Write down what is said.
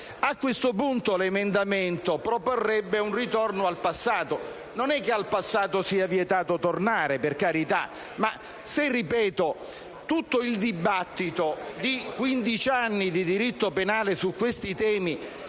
A questo punto, l'emendamento proporrebbe un ritorno al passato. Non che al passato sia vietato tornare, per carità, ma se - ripeto - tutto il dibattito di quindici anni di diritto penale su questi temi